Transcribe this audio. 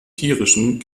tierischen